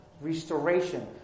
restoration